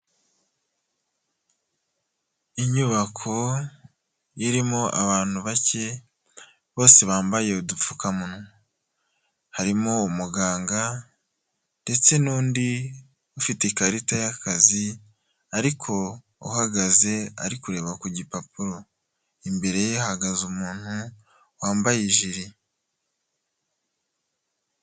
Inyubako irimo abantu bake bose bambaye udupfukamunwa harimo umuganga ndetse n'undi ufite ikarita y'akazi ariko uhagaze ari kureba ku gipapuro, imbere ye hahagaze umuntu wambaye ijiri.